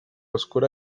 oscura